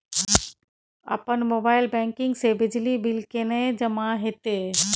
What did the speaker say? अपन mobile banking से बिजली बिल केने जमा हेते?